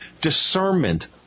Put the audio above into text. discernment